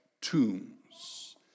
tombs